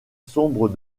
sombre